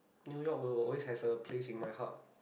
new-york will always has a place in my heart